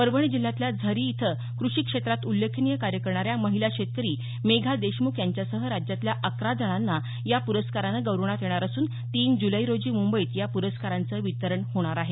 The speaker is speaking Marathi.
परभणी जिल्ह्यातल्या झरी इथं कृषी क्षेत्रात उल्लेखनीय कार्य करणाऱ्या महिला शेतकरी मेघा देशमुख यांच्यासह राज्यातल्या अकरा जणांना या पुरस्कारानं गौरवण्यात येणार असून तीन जुलै रोजी मुंबईत या पुरस्काराचं वितरण होणार आहे